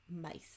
mice